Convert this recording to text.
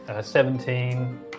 seventeen